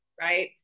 right